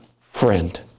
friend